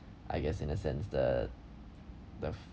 I guess in a sense the the